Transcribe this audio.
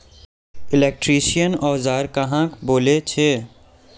Electrician औजार कहाक बोले छे?